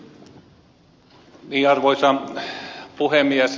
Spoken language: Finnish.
arvoisa puhemies